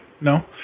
No